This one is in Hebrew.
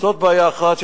זאת בעיה אחת,